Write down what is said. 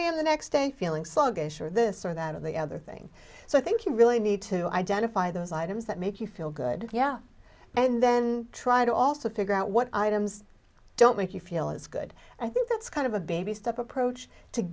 am the next day feeling sluggish or this or that of the other thing so i think you really need to identify those items that make you feel good yeah and then try to also figure out what items don't make you feel as good i think that's kind of a baby step approach to